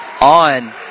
on